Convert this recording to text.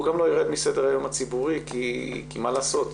הוא גם לא יירד מסדר היום הציבורי כי מה לעשות,